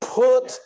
put